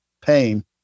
pain